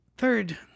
Third